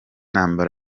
kandi